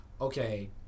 okay